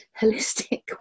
holistic